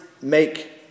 make